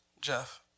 Jeff